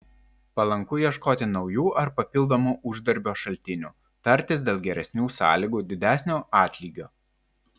palanku ieškoti naujų ar papildomų uždarbio šaltinių tartis dėl geresnių sąlygų didesnio atlygio